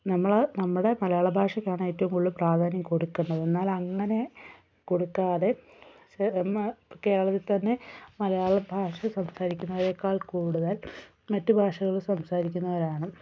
നമ്മൾ നമ്മുടെ മലയാള ഭാഷയ്ക്കാണ് ഏറ്റവും കൂടുതൽ പ്രാധാന്യം കൊടുക്കേണ്ടത് എന്നാൽ അങ്ങനെ കൊടുക്കാതെ കേരളത്തിൽ തന്നെ മലയാള ഭാഷ സംസാരിക്കുന്നവരേക്കാൾ കൂടുതൽ മറ്റു ഭാഷകൾ സംസാരിക്കുന്നവരാണ്